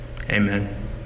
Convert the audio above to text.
Amen